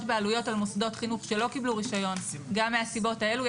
בעלויות על מוסדות חינוך שלא קיבלו רישיון גם מהסיבות האלו.